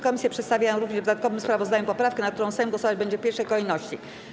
Komisje przedstawiają również w dodatkowym sprawozdaniu poprawkę, nad którą Sejm głosować będzie w pierwszej kolejności.